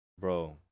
bro